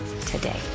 today